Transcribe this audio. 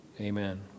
Amen